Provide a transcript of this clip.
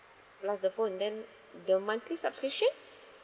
plus the phone then the monthly subscription